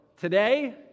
Today